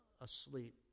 asleep